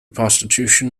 prostitution